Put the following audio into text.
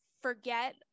forget